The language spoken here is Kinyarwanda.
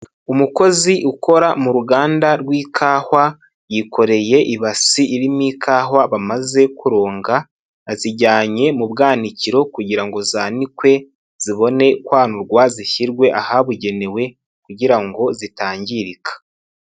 Umukozi ukora mu ruganda rw'ikawa yikoreye ibasi irimo ikawa bamaze kuronga, azijyanye mu bwanakiro kugira ngo zanikwe zibone kwanurwa, zishyirwe ahabugenewe kugira ngo zitangirika.